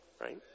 right